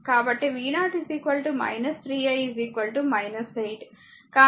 కాబట్టి v0 3 i 8 కాబట్టి v0 24 volt